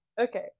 Okay